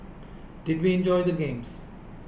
did we enjoy the games